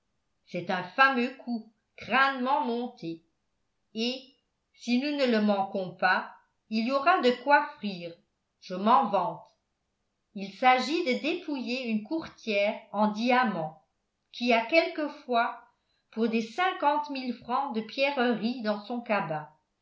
c'est un fameux coup crânement monté et si nous ne le manquons pas il y aura de quoi frire je m'en vante il s'agit de dépouiller une courtière en diamants qui a quelquefois pour des cinquante mille francs de pierreries dans son cabas